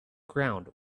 ground